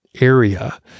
area